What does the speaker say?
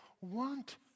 want